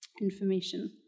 information